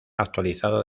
actualizada